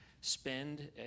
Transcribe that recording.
spend